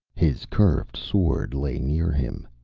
his curved sword lay near him.